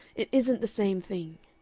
it isn't the same thing.